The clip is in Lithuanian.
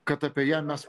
kad apie ją mes